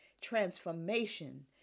transformation